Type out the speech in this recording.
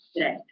Right